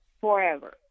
forever